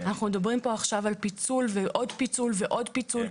אנחנו מדברים פה עכשיו על פיצול ועוד פיצול ועוד פיצול.